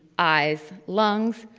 eyes, lungs,